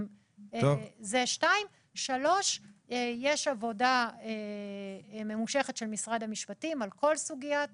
יש עבודה ממושכת של משרד המשפטים על כל סוגיית